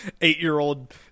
eight-year-old